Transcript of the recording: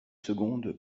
seconde